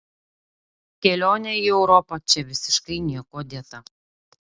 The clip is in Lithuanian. kelionė į europą čia visiškai niekuo dėta